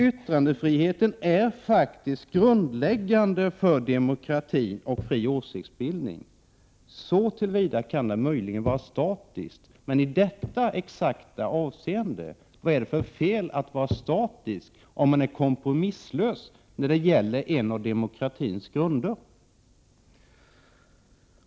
Yttrandefriheten är dock faktiskt grundläggande för demokratin och den fria åsiktsbildningen — i den meningen kan den möjligen vara statisk. Men i just detta avseende undrar jag: Vad är det för fel att vara statisk om man samtidigt är kompromisslös när det gäller en av demokratins grunder?